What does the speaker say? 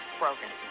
broken